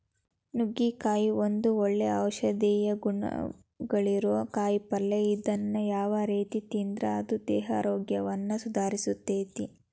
ನುಗ್ಗಿಕಾಯಿ ಒಂದು ಒಳ್ಳೆ ಔಷಧೇಯ ಗುಣಗಳಿರೋ ಕಾಯಿಪಲ್ಲೆ ಇದನ್ನ ಯಾವ ರೇತಿ ತಿಂದ್ರು ಅದು ದೇಹಾರೋಗ್ಯವನ್ನ ಸುಧಾರಸ್ತೆತಿ